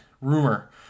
rumor